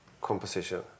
composition